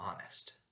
honest